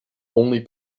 only